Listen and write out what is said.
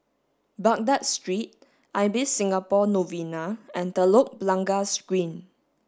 Baghdad Street Ibis Singapore Novena and Telok Blangah Green